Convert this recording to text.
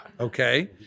Okay